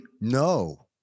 No